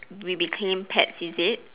we became pets is it